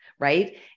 Right